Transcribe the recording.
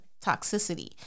toxicity